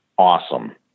awesome